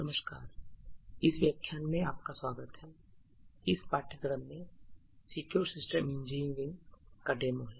नमस्कार इस व्याख्यान में आपका स्वागत है इस पाठ्यक्रम में सिक्योर सिस्टम इंजीनियरिंग का डेमो है